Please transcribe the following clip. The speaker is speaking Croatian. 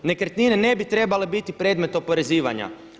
Nekretnine ne bi trebale biti predmet oporezivanja.